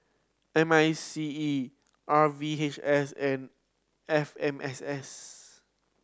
M I C E R V H S F M S S